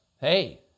hey